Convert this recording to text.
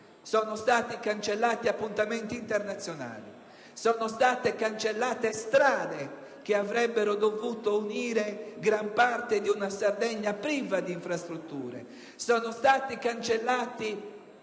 sono stati cancellati appuntamenti internazionali; sono state cancellate strade che avrebbero dovuto unire gran parte di una Sardegna priva di infrastrutture; sono stati cancellati